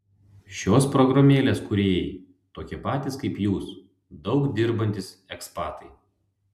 šios programėlės kūrėjai tokie patys kaip jūs daug dirbantys ekspatai